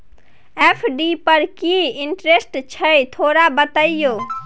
FD पर की interest छय थोरा बतईयो?